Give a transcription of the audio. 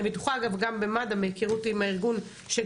אני בטוחה אגב גם במגן דוד אדום מהכרות עם הארגון שגם